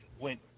went